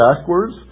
backwards